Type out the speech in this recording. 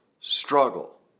struggle